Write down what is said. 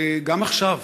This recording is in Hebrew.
וגם עכשיו,